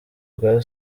bwa